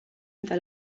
eta